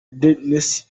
denis